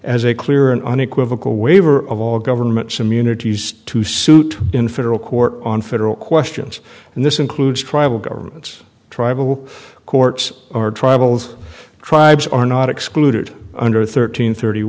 as a clear and unequivocal waiver of all governments immunities to suit in federal court on federal questions and this includes tribal governments tribal courts or tribals tribes are not excluded under thirteen thirty